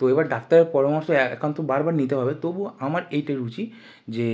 তো এবার ডাক্তারের পরামর্শ একান্ত বারবার নিতে হবে তবুও আমার এইটাই রুচি যে